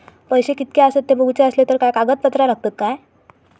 पैशे कीतके आसत ते बघुचे असले तर काय कागद पत्रा लागतात काय?